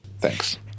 Thanks